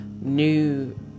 new